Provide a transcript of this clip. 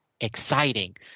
exciting